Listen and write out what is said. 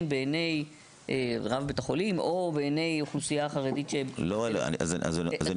בעיני רב בית החולים או בעיני האוכלוסייה החרדית ש --- אומר כך: